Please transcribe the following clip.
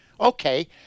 okay